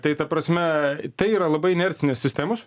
tai ta prasme tai yra labai inercinės sistemos